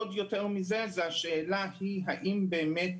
עוד יותר מזה יש את השאלה האם באמת